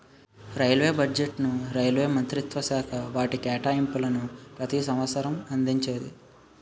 railway బడ్జెట్ను railway మంత్రిత్వశాఖ వాటి కేటాయింపులను ప్రతి సంవసరం అందించేది